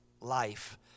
life